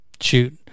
shoot